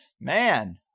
man